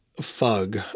fug